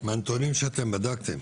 מהנתונים שאתם בדקתם,